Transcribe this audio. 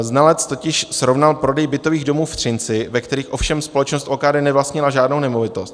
Znalec totiž srovnal prodej bytových domů v Třinci, ve kterých ovšem společnost OKD nevlastnila žádnou nemovitost.